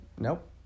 nope